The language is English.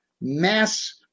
mass